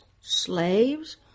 Slaves